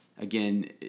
Again